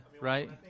right